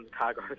cargo